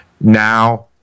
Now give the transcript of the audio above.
Now